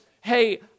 hey